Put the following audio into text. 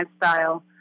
lifestyle